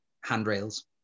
handrails